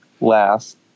last